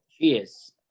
Cheers